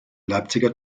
leipziger